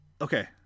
Okay